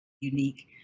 unique